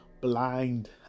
blind